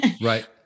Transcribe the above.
Right